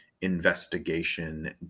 investigation